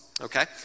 okay